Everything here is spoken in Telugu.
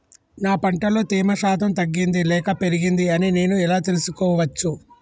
నా పంట లో తేమ శాతం తగ్గింది లేక పెరిగింది అని నేను ఎలా తెలుసుకోవచ్చు?